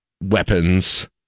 weapons